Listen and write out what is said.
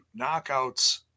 Knockouts